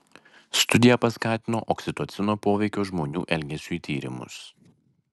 studija paskatino oksitocino poveikio žmonių elgesiui tyrimus